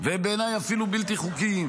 והם בעיניי אפילו בלתי חוקיים.